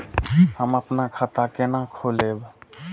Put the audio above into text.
हम अपन खाता केना खोलैब?